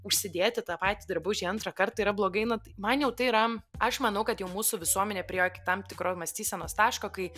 užsidėti tą patį drabužį antrąkart yra blogai na tai man jau tai yra aš manau kad jau mūsų visuomenė priėjo iki tam tikro mąstysenos taško kai